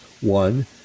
one